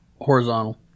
Horizontal